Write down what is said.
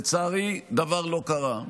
לצערי דבר לא קרה.